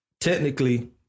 Technically